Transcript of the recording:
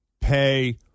pay